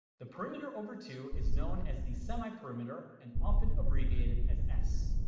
the perimeter over two is known as the semi-perimeter, and often abbreviated as s.